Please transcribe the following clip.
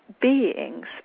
beings